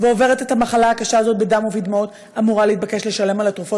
ועוברת את המחלה הקשה הזאת בדם ובדמעות אמורה להתבקש לשלם על התרופות